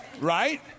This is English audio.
Right